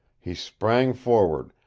he sprang forward,